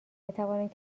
بتوانند